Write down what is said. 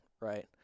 Right